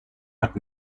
hat